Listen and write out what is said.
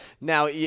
Now